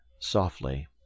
Softly